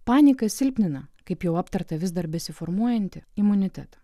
panieką silpnina kaip jau aptarta vis dar besiformuojantį imunitetą